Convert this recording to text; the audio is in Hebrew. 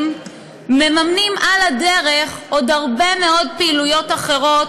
מממנים על הדרך עוד הרבה מאוד פעילויות אחרות,